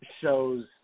shows